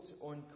on